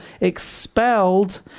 expelled